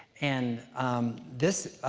and this